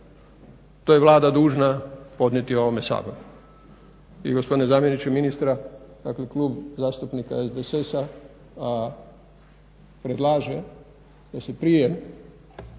To je Vlada dužna podnijeti ovome Saboru. I gospodine zamjeniče ministra, dakle Klub zastupnika SDSS-a predlaže da se prije